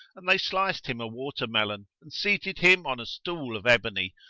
and they sliced him a watermelon and seated him on a stool of ebony,